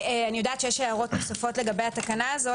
אני יודעת שיש הערות נוספות לגבי התקנה הזו.